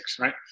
right